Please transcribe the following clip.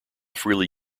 freely